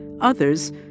Others